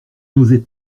n’osait